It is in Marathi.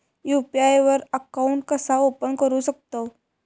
यू.पी.आय वर अकाउंट कसा ओपन करू शकतव?